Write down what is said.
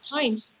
times